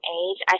age